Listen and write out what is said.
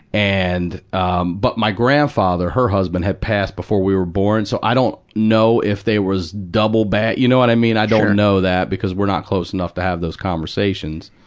and, um, but my grandfather, her husband, had passed before we were born, so i don't know if there was double baggage, you what and i mean, i don't don't know that because we're not close enough to have those conversations.